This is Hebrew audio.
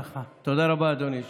תודה רבה, אדוני היושב-ראש.